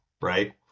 right